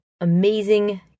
amazing